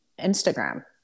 Instagram